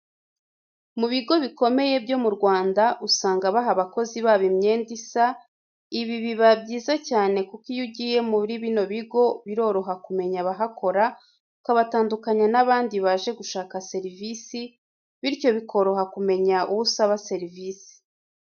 Mu bigo bikomeye byo mu Rwanda usanga baha abakozi babo imyenda isa, ibi biba byiza cyane kuko iyo ugiye muri bino bigo biroroha kumenya abahakora ukabatandukanya n'abandi baje gushaka serivisi, bityo bikoroha kumenya uwo usaba serivisi.